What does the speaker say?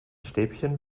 stäbchen